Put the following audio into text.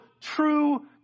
true